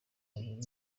babiri